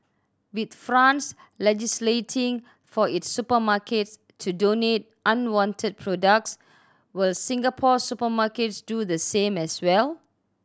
with France legislating for its supermarkets to donate unwanted products will Singapore's supermarkets do the same as well